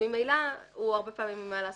ממילא הוא הרבה פעמים מפשר